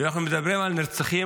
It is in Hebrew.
וכשאנחנו מדברים על נרצחים,